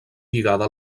lligada